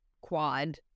quad